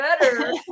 better